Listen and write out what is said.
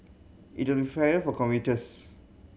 it will fairer for commuters